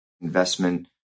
investment